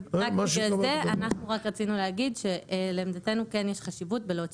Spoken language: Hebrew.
רק בגלל זה אנחנו רצינו להגיד שלעמדתנו כן יש חשיבות בלהוציא